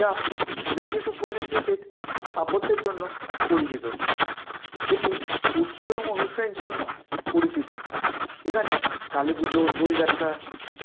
যা ব্রিটিশ উপনিবেশিক স্থাপত্যের জন্য পরিচিত এটি উৎসব এবং অনুষ্ঠানের জন্য পরিচিত এখানে কালী পুজো দোলযাত্রা